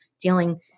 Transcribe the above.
dealing